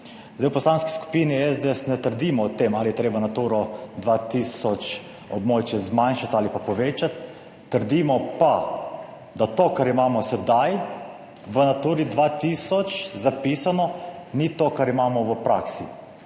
Zdaj, v Poslanski skupini SDS ne trdimo o tem, ali je treba Naturo 2000 območij zmanjšati ali pa povečati, trdimo pa, da to, kar imamo sedaj v Naturi 2000 zapisano, ni to, kar imamo v praksi.